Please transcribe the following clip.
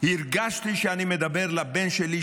הרגשתי שאני מדבר אל הבן שלי,